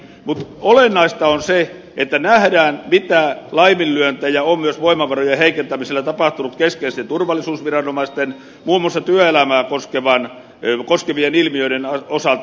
mutta olennaista on se että nähdään mitä laiminlyöntejä on myös voimavarojen heikentämisellä tapahtunut keskeisten turvallisuusviranomaisten muun muassa työelämää koskevien ilmiöiden osalta